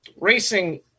Racing